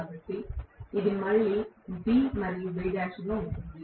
కాబట్టి ఇది మళ్ళీ B మరియు Bl గా ఉంటుంది